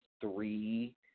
three